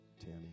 Tammy